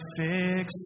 fix